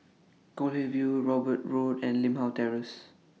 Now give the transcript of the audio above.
Goldhill View Hobart Road and Limau Terrace